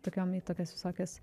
tokiom į tokias visokias